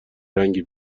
رنگی